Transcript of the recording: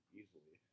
easily